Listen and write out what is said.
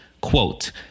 Quote